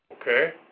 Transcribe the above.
Okay